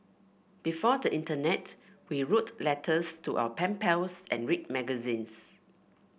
before the internet we wrote letters to our pen pals and read magazines